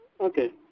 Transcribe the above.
Okay